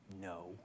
No